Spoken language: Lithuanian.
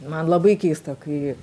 man labai keista kai